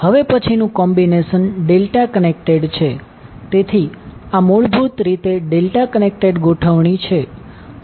હવે પછીનું combination delta connected છે તેથી આ મૂળભૂત રીતે ડેલ્ટા કનેક્ટેડ ગોઠવણી છે